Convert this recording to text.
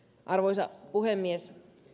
arvoisa puhemies